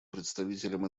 представителем